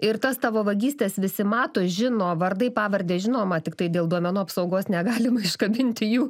ir tas tavo vagystes visi mato žino vardai pavardės žinoma tiktai dėl duomenų apsaugos negalima iškankinti jų